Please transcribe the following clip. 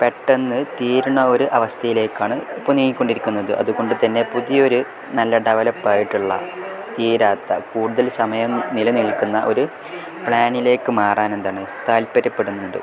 പെട്ടന്ന് തീരണ ഒരു അവസ്ഥയിലേക്കാണ് ഇപ്പോൾ നീങ്ങിക്കൊണ്ടിരിക്കുന്നത് അതുകൊണ്ടുതന്നെ പുതിയൊരു നല്ല ഡെവലപ്പായിട്ടുള്ള തീരാത്ത കൂടുതൽ സമയം നിലനിൽക്കുന്ന ഒരു പ്ലാനിലേക്ക് മാറാനെന്താണ് താല്പര്യപ്പെടുന്നുണ്ട്